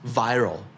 viral